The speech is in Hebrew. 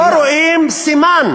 לא רואים סימן.